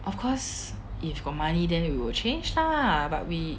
of course if got money then we will change lah but we